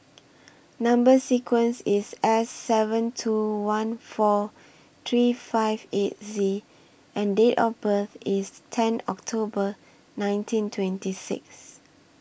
Number sequence IS S seven two one four three five eight Z and Date of birth IS ten October nineteen twenty six